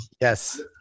Yes